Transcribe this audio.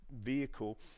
vehicle